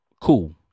cool